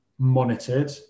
monitored